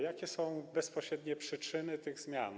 Jakie są bezpośrednie przyczyny tych zmian?